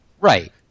Right